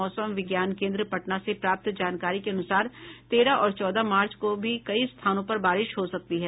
मौसम विज्ञान केन्द्र पटना से प्राप्त जानकारी के अनुसार तेरह और चौदह मार्च को भी कई स्थानों पर बारिश हो सकती है